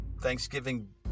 Thanksgiving